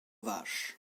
vaches